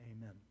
amen